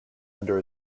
under